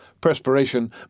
Perspiration